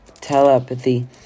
telepathy